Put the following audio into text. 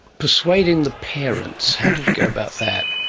persuading the parents, how did you go about that?